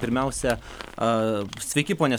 pirmiausia sveiki pone